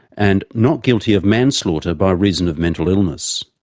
and not guilty of manslaughter by reason of mental illness.